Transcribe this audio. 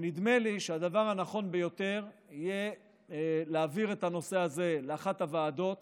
נדמה לי שהדבר הנכון ביותר יהיה להעביר את הנושא הזה לאחת הוועדות